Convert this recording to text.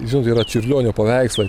žinot yra čiurlionio paveikslai